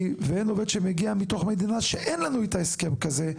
והן עובד שמגיע מתוך מדינה שאין לנו איתה הסכם כזה,